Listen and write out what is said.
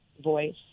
voice